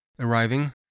Arriving